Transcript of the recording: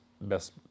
best